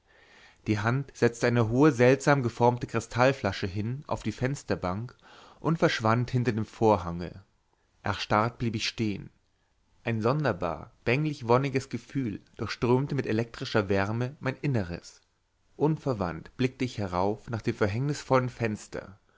die hand setzte eine hohe seltsam geformte kristallflasche hin auf die fensterbank und verschwand hinter dem vorhange erstarrt blieb ich stehen ein sonderbar bänglich wonniges gefühl durchströmte mit elektrischer wärme mein inneres unverwandt blickte ich herauf nach dem verhängnisvollen fenster